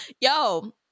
yo